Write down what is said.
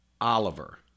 Oliver